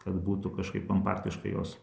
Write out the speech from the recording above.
kad būtų kažkaip kompaktiškai jos